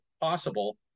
possible